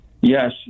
Yes